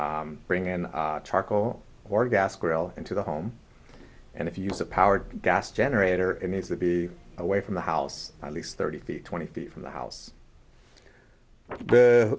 an bring in charcoal or gas grill into the home and if you use that powered gas generator it needs to be away from the house at least thirty feet twenty feet from the house